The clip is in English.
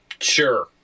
Sure